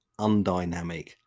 undynamic